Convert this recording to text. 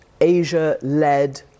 Asia-led